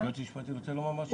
היועץ המשפטי, רוצה לומר משהו?